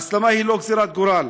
ההסלמה היא לא גזרת גורל.